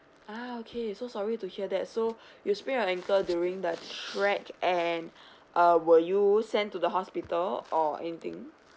ah okay so sorry to hear that so you sprained your ankle during the trek and uh were you sent to the hospital or anything